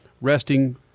resting